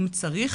אם צריך.